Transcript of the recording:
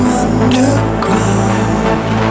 underground